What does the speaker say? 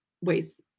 ways